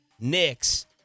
Knicks